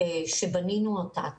שבנינו אותה,